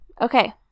Okay